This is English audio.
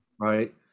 Right